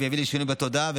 שתביא לשינוי בתודעה,